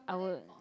I would